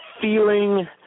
feeling